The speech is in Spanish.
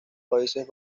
países